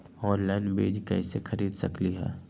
Online बीज कईसे खरीद सकली ह?